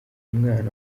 umwana